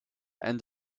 end